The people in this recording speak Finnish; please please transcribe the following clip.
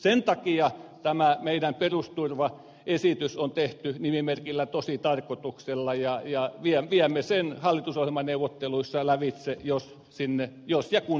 sen takia tämä meidän perusturvaesityksemme on tehty nimimerkillä tositarkoituksella ja viemme sen hallitusohjelmaneuvotteluissa lävitse jos ja kun sinne päästään